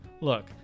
look